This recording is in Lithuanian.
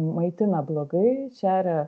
maitina blogai šeria